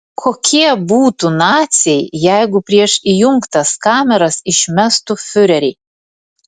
kokie būtų naciai jeigu prieš įjungtas kameras išmestų fiurerį